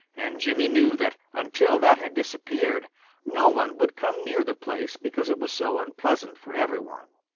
and jimmy knew that until that had disappeared no one would come near the place because it was so unpleasant for every one.